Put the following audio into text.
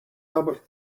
albert